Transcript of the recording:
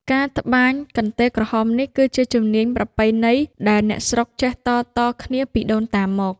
ការត្បាញកន្ទេលក្រហមនេះ គឺជាជំនាញប្រពៃណីដែលអ្នកស្រុកចេះតៗគ្នាពីដូនតាមក។